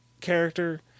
character